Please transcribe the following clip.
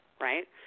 Right